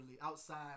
outside